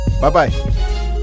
Bye-bye